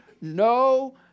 no